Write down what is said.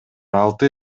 алты